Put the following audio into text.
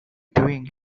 doing